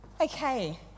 okay